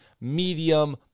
medium